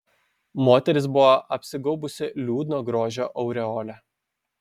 moteris buvo apsigaubusi liūdno grožio aureole